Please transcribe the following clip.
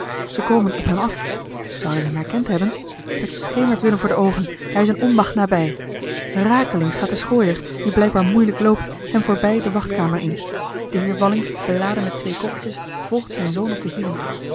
ze komen op hem af zouden ze hem herkend hebben t schemert willem voor de oogen hij is eene onmacht nabij rakelings gaat de schooier die blijkbaar moeilijk loopt hem voorbij de wachtkamer in de heer walling beladen met twee koffertjes volgt zijn zoon op de hielen